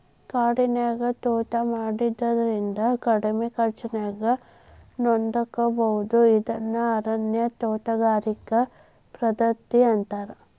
ಕಾಡಿನ್ಯಾಗ ತೋಟಾ ಮಾಡೋದ್ರಿಂದ ಕಡಿಮಿ ಖರ್ಚಾನ್ಯಾಗ ನೋಡ್ಕೋಬೋದು ಇದನ್ನ ಅರಣ್ಯ ತೋಟಗಾರಿಕೆ ಪದ್ಧತಿ ಅಂತಾರ